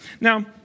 Now